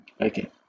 Okay